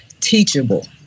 teachable